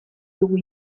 dugu